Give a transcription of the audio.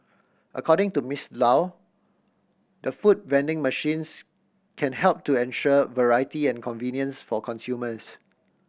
according to Miss Low the food vending machines can help to ensure variety and convenience for consumers